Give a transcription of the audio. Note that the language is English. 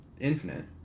infinite